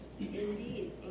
indeed